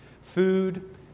Food